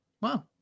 Wow